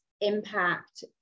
impact